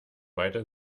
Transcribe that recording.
weiter